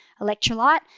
electrolyte